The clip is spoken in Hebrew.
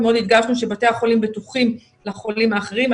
הדגשנו שבתי החולים בטוחים לחולים האחרים.